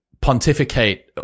pontificate